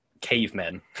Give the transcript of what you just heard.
cavemen